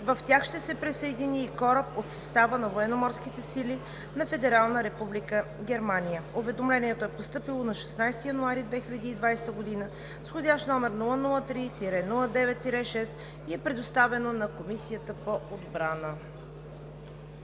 тях ще се присъедини и кораб от състава на Военноморските сили на Федерална република Германия. Уведомлението е постъпило на 16 януари 2020 г., вх. № 003-09-6, и е предоставено на Комисията по отбрана.